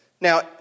Now